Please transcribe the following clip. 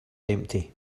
empty